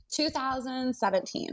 2017